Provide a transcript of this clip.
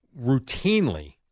routinely